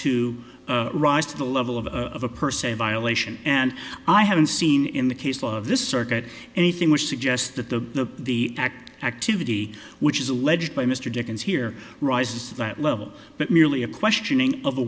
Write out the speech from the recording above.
to rise to the level of a purse a violation and i haven't seen in the case law of this circuit anything which suggests that the the act activity which is alleged by mr dickens here rises to that level but merely a questioning of a